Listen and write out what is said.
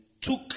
took